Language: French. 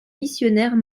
missionnaires